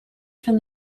from